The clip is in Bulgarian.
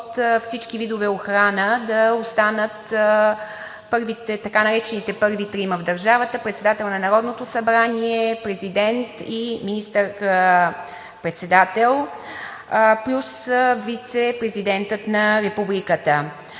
от всички видове охрана да останат така наречените първи трима в държавата: председател на Народното събрание, президент и министър-председател плюс вицепрезидент на републиката.